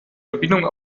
verbindung